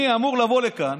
אני אמור לבוא לכאן